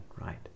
right